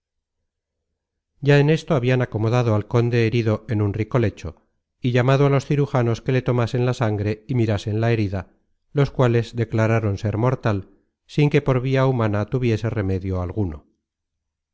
ya en esto habian acomodado al conde herido en un rico lecho y llamado á dos cirujanos que le tomasen la sangre y mirasen la herida los cuales declararon ser mortal sin que por via humana tuviese remedio alguno